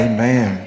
Amen